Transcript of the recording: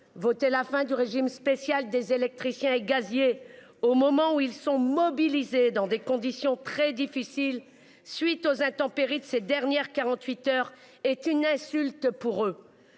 voté la fin du régime spécial des électriciens et gaziers au moment où ils sont mobilisés dans des conditions très difficiles suite aux intempéries de ces dernières 48 heures est une insulte pour eux.